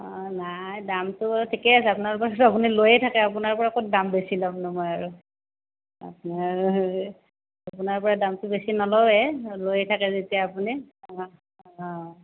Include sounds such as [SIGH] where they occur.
নাই দামটো বাৰু ঠিকে আছে আপোনালোকৰ আপুনি লৈয়ে থাকে আপোনাৰ পৰা ক'ত দাম বেছি ল'ম নহয় আৰু [UNINTELLIGIBLE] আপোনাৰ পৰা দামটো বেছি নলওৱেই লৈ থাকে যেতিয়া আপুনি অঁ অঁ